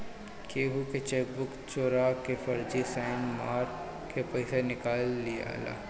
केहू के चेकबुक चोरा के फर्जी साइन मार के पईसा निकाल लियाला